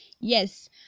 yes